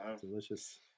Delicious